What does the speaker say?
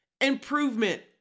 improvement